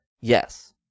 Yes